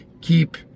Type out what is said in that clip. keep